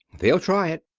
they'll try it.